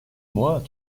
mois